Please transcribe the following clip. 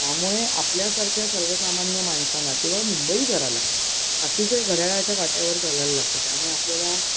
त्यामुळे आपल्यासारख्या सर्वसामान्य माणसांना किंवा मुंबईकराला अतिशय घडयाळाच्या काट्यावर चालायला लागतं त्यामुळे आपल्याला